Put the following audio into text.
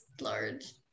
large